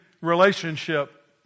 relationship